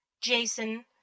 Jason